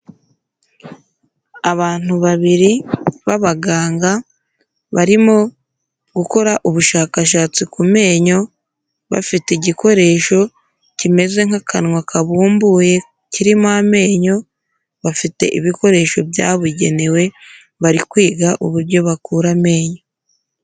Abantu babiri b'abaganga barimo gukora ubushakashatsi ku menyo bafite igikoresho kimeze nk'akanwa kabumbuye kirimo amenyo, bafite ibikoresho byabugenewe bari kwiga uburyo bakura amenyo.